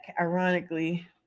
ironically